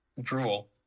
Drool